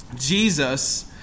Jesus